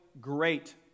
great